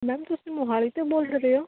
ma'am ਤੁਸੀਂ ਮੋਹਾਲੀ ਤੋਂ ਬੋਲ ਰਹੇ ਹੋ